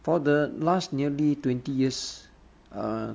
for the last nearly twenty years err